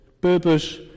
purpose